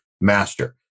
master